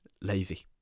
lazy